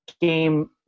game